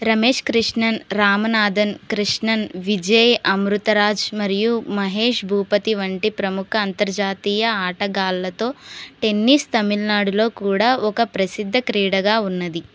రమేష్ కృష్ణన్ రామనాథన్ కృష్ణన్ విజయ్ అమృతరాజ్ మరియు మహేష్ భూపతి వంటి ప్రముఖ అంతర్జాతీయ ఆటగాళ్ళతో టెన్నిస్ తమిళనాడులో కూడా ఒక ప్రసిద్ధ క్రీడగా ఉన్నది